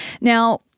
Now